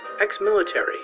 ex-military